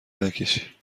نکشی